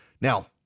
Now